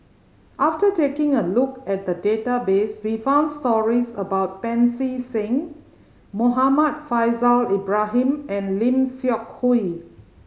after taking a look at the database we found stories about Pancy Seng Muhammad Faishal Ibrahim and Lim Seok Hui